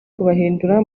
kubahindura